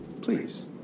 Please